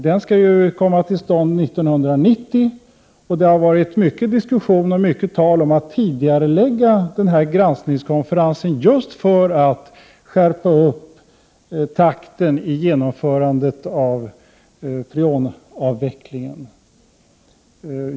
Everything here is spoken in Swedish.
Den skall ju komma till stånd 1990, och det har varit mycken diskussion och mycket tal om att tidigarelägga denna granskningskonferens just för att skärpa upp takten i genomförandet av freonavvecklingen.